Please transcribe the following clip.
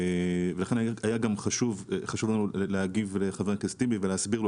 לכן גם היה לנו חשוב להגיב לחבר הכנסת טיבי ולהסביר לו,